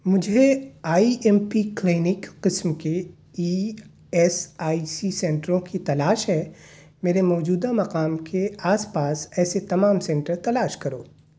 مجھے I M P clinic قسم کے ای ایس آئی سی سینٹروں کی تلاش ہے میرے موجودہ مقام کے آس پاس ایسے تمام سینٹر تلاش کرو